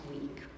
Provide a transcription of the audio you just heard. week